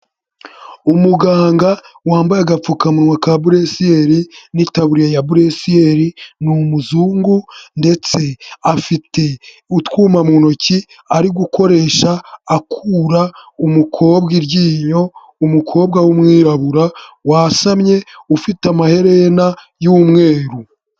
Umuganga wambaye agapfukamunwa ka breciel n'itaburiya ya breciel n'umuzungu ndetse afite utwuma mu ntoki ari gukoresha akura umukobwa iryinyo umukobwa w'umwirabura wasamye ufite amaherena y'umweru.